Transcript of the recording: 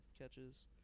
catches